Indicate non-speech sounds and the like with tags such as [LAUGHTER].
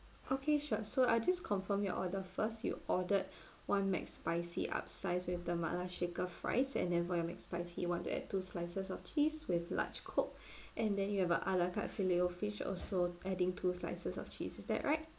okay sure so I just confirm your order first you ordered [BREATH] one mcspicy upsize with the mala shaker fries and then for your mcspicy you want to add two slices of cheese with large coke [BREATH] and then you have a a la carte filet-o-fish also adding two slices of cheese is that right